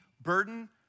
burden